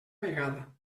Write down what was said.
vegada